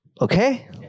Okay